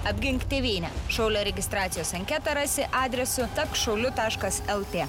apgink tėvynę šaulio registracijos anketą rasi adresu tapk šauliu taškas lt